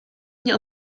mnie